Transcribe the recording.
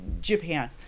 Japan